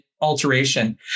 alteration